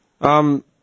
Um-